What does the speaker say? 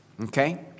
Okay